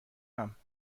ام، با